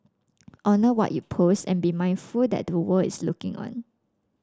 honour what you post and be mindful that the world is looking on